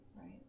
Right